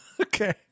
Okay